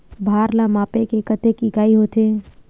भार ला मापे के कतेक इकाई होथे?